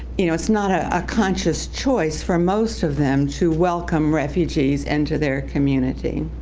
you know it's not a ah conscious choice for most of them to welcome refugees into their community.